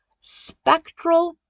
spectral